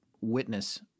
witness